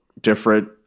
different